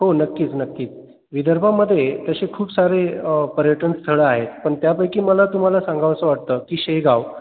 हो नक्कीच नक्की विदर्भामध्ये तसे खूप सारे पर्यटनस्थळं आहेत पण त्यापैकी मला तुम्हाला सांगावंसं वाटतं की शेगाव